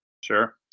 Sure